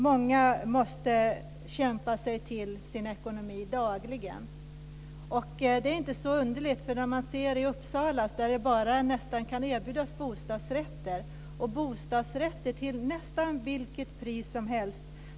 Många måste kämpa dagligen för att få sin ekonomi att gå ihop. Det är inte så underligt, därför att i Uppsala kan det bara erbjudas bostadsrätter till nästan vilket pris som helst.